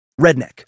redneck